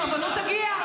הסרבנות תגיע.